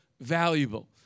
valuable